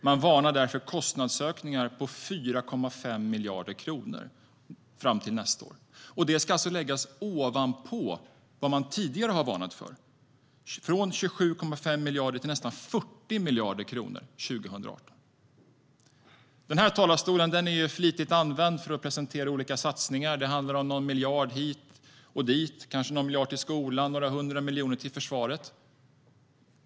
Man varnar där för kostnadsökningar på 4,5 miljarder kronor fram till nästa år, något som ska läggas ovanpå vad man tidigare har varnat för - från 27,5 miljarder till nästan 40 miljarder 2018. Den här talarstolen används flitigt för att presentera olika satsningar. Det handlar om någon miljard hit eller dit, kanske någon miljard till skolan och några hundra miljoner till försvaret.